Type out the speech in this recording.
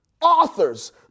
Authors